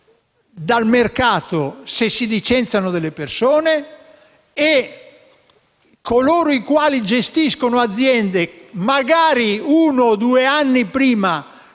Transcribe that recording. dal mercato se si licenziano i lavoratori e coloro i quali gestiscono le aziende, magari uno o due anni prima